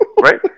right